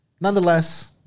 Nonetheless